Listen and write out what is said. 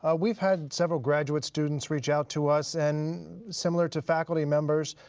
ah we've had several graduate students reach out to us and similar to faculty members,